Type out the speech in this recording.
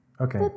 Okay